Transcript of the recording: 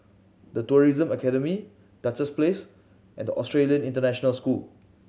The Tourism Academy Duchess Place and Australian International School